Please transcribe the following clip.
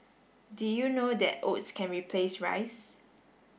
did you know that oats can replace rice